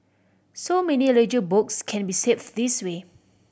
so many ledger books can be saved this way